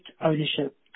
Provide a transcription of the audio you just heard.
ownership